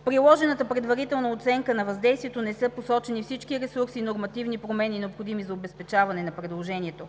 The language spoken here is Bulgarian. В приложената предварителна оценка на въздействието не са посочени всички ресурси и нормативни промени, необходими за обезпечаване на предложението.